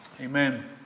Amen